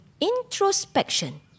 introspection